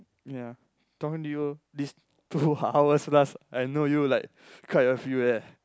ya don't you these two hours plus I know you like quite a few eh